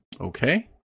Okay